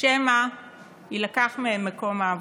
שמא יילקח מהן מקום העבודה.